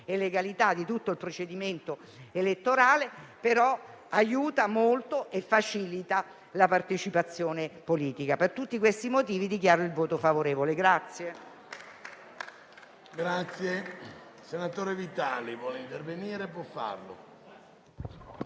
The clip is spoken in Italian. e legalità di tutto il procedimento elettorale, aiuta molto e facilita la partecipazione politica. Per tutti questi motivi, dichiaro il voto favorevole a